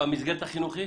במסגרת החינוכית?